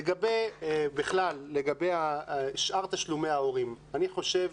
לגבי שאר תשלומי ההורים, אני חושב